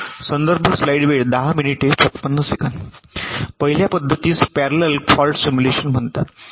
पहिल्या पद्धतीस parallel fault simulation म्हणतात